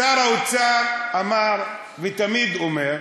שר האוצר אמר, ותמיד אומר: